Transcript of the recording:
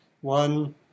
one